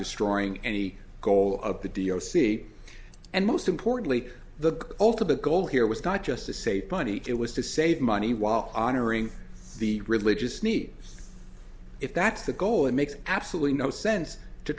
destroying any goal of the d o c and most importantly the ultimate goal here was not just to save money it was to save money while honoring the religious needs if that's the goal it makes absolutely no sense to